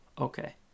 Okay